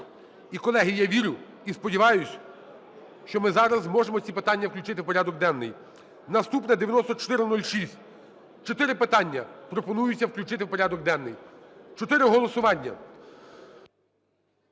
І, колеги, я вірю і сподіваюсь, що ми зараз зможемо ці питання включити в порядок денний. Наступне – 9406. Чотири питання пропонується включити в порядок денний. Чотири голосування.